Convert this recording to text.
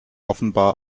offenbar